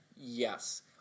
Yes